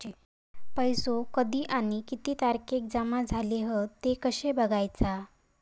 पैसो कधी आणि किती तारखेक जमा झाले हत ते कशे बगायचा?